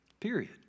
Period